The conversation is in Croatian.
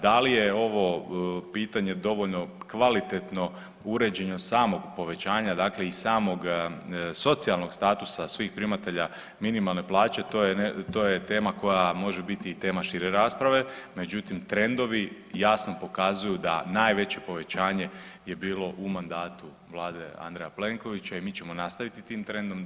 Da li je ovo pitanje dovoljno kvalitetno uređeno od samog povećanja dakle i samog socijalnog statusa svih primatelja minimalne plaće, to je tema koja može biti i tema šire rasprave, međutim trendovi jasno pokazuju da najveće povećanje je bilo u mandatu vlade Andreja Plenkovića i mi ćemo nastavit tim trendom.